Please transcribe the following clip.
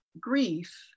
grief